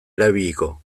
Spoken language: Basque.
erabiliko